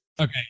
Okay